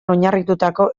oinarritutako